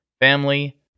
family